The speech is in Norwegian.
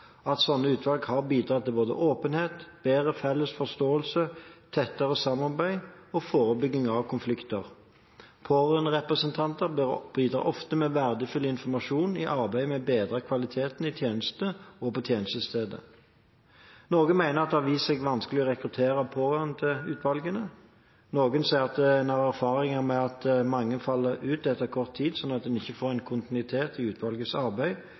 at sånne utvalg har bidratt til både åpenhet, bedre felles forståelse, tettere samarbeid og forebygging av konflikter. Pårørenderepresentanter bidrar ofte med verdifull informasjon i arbeidet med å bedre kvaliteten i tjenestene og på tjenestestedet. Noen mener at det har vist seg vanskelig å rekruttere pårørende til utvalgene. Noen sier at en har erfaringer med at mange faller ut etter kort tid, sånn at en ikke får en kontinuitet i utvalgets arbeid,